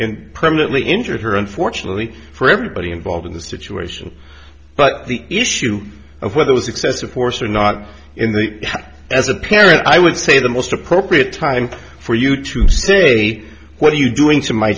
sharon permanently injured her unfortunately for everybody involved in this situation but the issue of whether was excessive force or not in the as a parent i would say the most appropriate time for you to say what are you doing